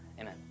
Amen